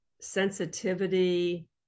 sensitivity